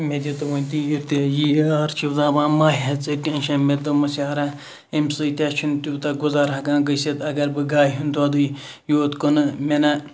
مےٚ دِ تہٕ وۄنۍ تیٖر تہِ یہِ یار چھُ دَپان مہَ ہےٚ ژٕ ٹیٚنشَن مےٚ دوٚپمَس یارَ امہِ سۭتۍ نہَ چھُنہٕ تیوٗتاہ گُزار ہیٚکان گٔژھِتھ اَگَر بہٕ گاے ہُنٛد دۄدُے یوت کٕنہٕ مےٚ نا